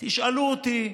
תשאלו אותי.